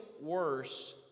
worse